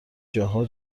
جاها